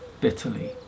bitterly